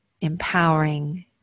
empowering